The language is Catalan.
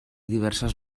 diverses